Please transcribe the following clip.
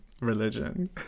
religion